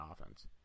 offense